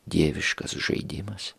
dieviškas žaidimas